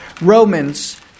Romans